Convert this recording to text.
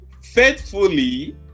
faithfully